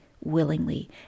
willingly